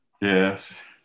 Yes